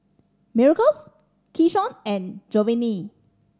Miracles Keyshawn and Jovani